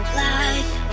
life